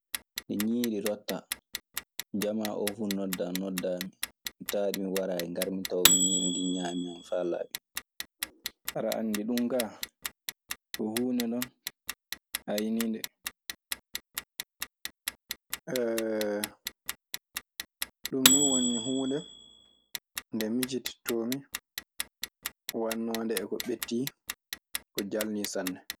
Nde ñiiri rottaa jamaa oo fuu noddaa. Noddaa mi taaɗi mi waraayi ngarmi tawmi ñiiri ndii ñaamaa ma faa laaɓi. Aɗa anndi ɗum kaa yo huunde non hayniinde. Ɗun nii woni huunde nde micitittoomi, wannoonde e ko ɓettii, ko jalnii sanne.